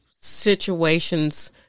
situations